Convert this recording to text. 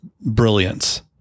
brilliance